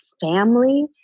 family